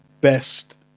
best